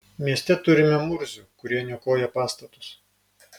mieste turime murzių kurie niokoja pastatus